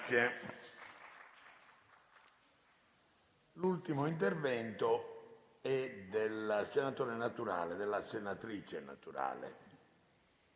Grazie